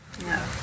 No